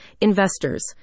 investors